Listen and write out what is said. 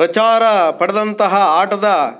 ಪ್ರಚಾರ ಪಡೆದಂತಹ ಆಟದ